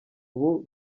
ubu